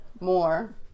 more